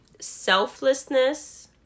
selflessness